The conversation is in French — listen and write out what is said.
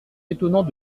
étonnant